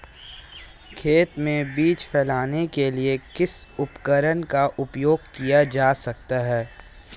खेत में बीज फैलाने के लिए किस उपकरण का उपयोग किया जा सकता है?